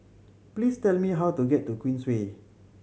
please tell me how to get to Queensway